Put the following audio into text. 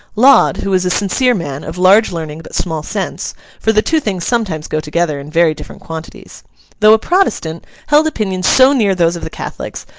laud, who was a sincere man, of large learning but small sense for the two things sometimes go together in very different quantities though a protestant, held opinions so near those of the catholics,